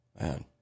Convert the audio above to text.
man